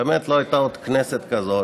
באמת לא הייתה עוד כנסת כזאת,